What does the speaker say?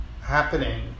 happening